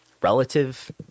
relative